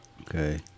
okay